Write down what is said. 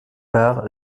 par